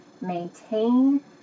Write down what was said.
maintain